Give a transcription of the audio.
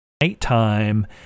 nighttime